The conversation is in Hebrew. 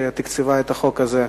שתקצבה את החוק הזה,